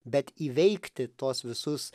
bet įveikti tuos visus